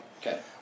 okay